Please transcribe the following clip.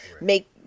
make